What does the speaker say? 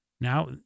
Now